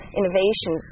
innovation